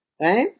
right